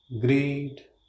greed